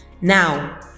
now